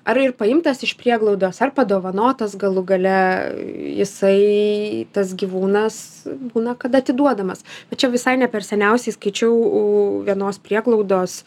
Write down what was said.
ar ir paimtas iš prieglaudos ar padovanotas galų gale jisai tas gyvūnas būna kad atiduodamas va čia visai ne per seniausiai skaičiau u vienos prieglaudos